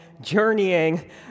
journeying